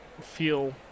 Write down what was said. feel